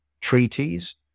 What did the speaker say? treaties